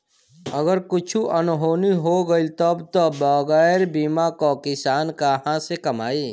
अगर कुछु अनहोनी हो गइल तब तअ बगैर बीमा कअ किसान कहां से कमाई